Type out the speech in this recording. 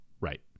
right